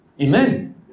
Amen